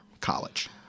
college